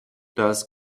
das